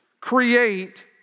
create